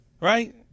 right